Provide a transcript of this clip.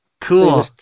Cool